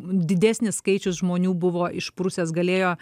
didesnis skaičius žmonių buvo išprusęs galėjo